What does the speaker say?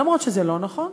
אפילו שזה לא נכון,